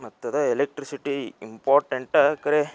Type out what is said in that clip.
ಮತ್ತು ಅದು electricity important ಕರೆ